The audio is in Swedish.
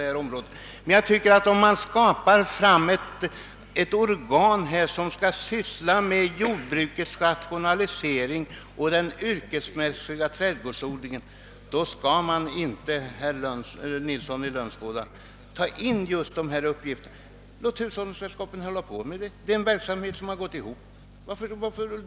Om man skapar fram ett organ som skall syssla med jordbrukets och den yrkesmässiga trädgårdsodlingens rationalisering, skall man inte, herr Nilsson i Lönsboda, låta det ta hand om dessa andra uppgifter. Låt hushållningssällskapen hålla på med dem; det är en verksamhet som har gått ihop.